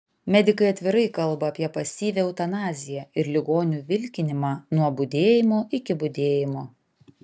medikai atvirai kalba apie pasyvią eutanaziją ir ligonių vilkinimą nuo budėjimo iki budėjimo